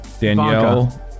Danielle